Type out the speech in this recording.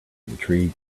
intrigue